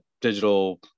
digital